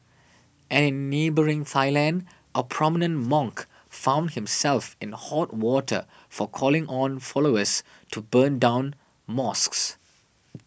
and in neighbouring Thailand a prominent monk found himself in hot water for calling on followers to burn down mosques